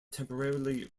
temporarily